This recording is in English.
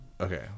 okay